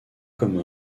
comme